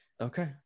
Okay